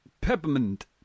Peppermint